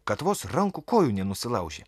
kad vos rankų kojų nenusilaužė